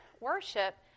worship